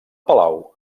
palau